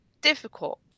difficult